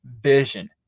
vision